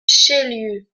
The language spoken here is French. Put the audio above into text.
chélieu